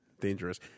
Dangerous